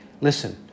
listen